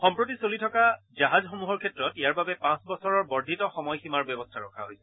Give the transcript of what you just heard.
সম্প্ৰতি চলি থকা জাহাজসমূহৰ ক্ষেত্ৰত ইয়াৰ বাবে পাঁচ বছৰৰ বৰ্ধিত সময়সীমাৰ ব্যৱস্থা ৰখা হৈছে